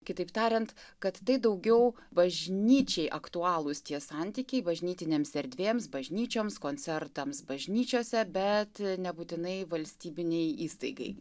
kitaip tariant kad tai daugiau bažnyčiai aktualūs tie santykiai bažnytinėms erdvėms bažnyčioms koncertams bažnyčiose bet nebūtinai valstybinei įstaigai